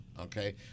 okay